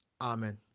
Amen